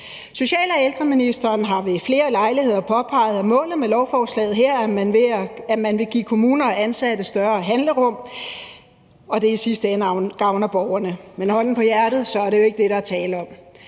Social- og ældreministeren har ved flere lejligheder påpeget, at målet med lovforslaget er, at man vil give kommuner og ansatte større handlerum, og at det i sidste ende gavner borgerne. Men hånden på hjertet er det jo ikke det, der er tale om.